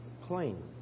plain